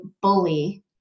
bully